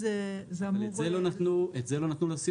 את זה לא נתנו לסימון.